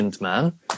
man